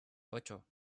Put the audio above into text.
ocho